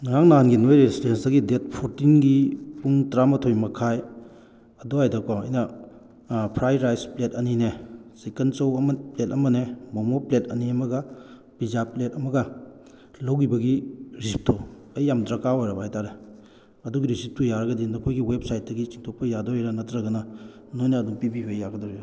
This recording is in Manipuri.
ꯉꯔꯥꯡ ꯅꯍꯥꯟꯒꯤ ꯅꯣꯏ ꯔꯦꯁꯇꯨꯔꯦꯟꯗꯒꯤ ꯗꯦꯠ ꯐꯣꯔꯇꯤꯟꯒꯤ ꯄꯨꯡ ꯇꯔꯥ ꯃꯥꯊꯣꯏ ꯃꯈꯥꯏ ꯑꯗꯨꯋꯥꯏꯗꯀꯣ ꯑꯩꯅ ꯐ꯭ꯔꯥꯏ ꯔꯥꯏꯁ ꯄ꯭ꯂꯦꯠ ꯑꯅꯤꯅꯦ ꯆꯤꯛꯀꯟ ꯆꯧ ꯄ꯭ꯂꯦꯠ ꯑꯃꯅꯦ ꯃꯣꯃꯣ ꯄ꯭ꯂꯦꯠ ꯑꯅꯤ ꯑꯃꯒ ꯄꯤꯖꯥ ꯄ꯭ꯂꯦꯠ ꯑꯃꯒ ꯂꯧꯈꯤꯕꯒꯤ ꯔꯤꯁꯤꯞꯇꯣ ꯑꯩ ꯌꯥꯝ ꯗꯔꯀꯥꯔ ꯑꯣꯏꯔꯕ ꯍꯥꯏꯇꯥꯔꯦ ꯑꯗꯨꯒꯤ ꯔꯣꯁꯤꯞꯇꯣ ꯌꯥꯔꯒꯗꯤ ꯅꯈꯣꯏꯒꯤ ꯋꯦꯞꯁꯥꯏꯠꯇꯒꯤ ꯆꯤꯡꯊꯣꯛꯄ ꯌꯥꯗꯣꯏꯔꯥ ꯅꯠꯇ꯭ꯔꯒꯅ ꯅꯣꯏꯅ ꯑꯗꯨꯝ ꯄꯤꯕꯤꯕ ꯌꯥꯒꯗꯣꯔꯤꯔꯥ